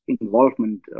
involvement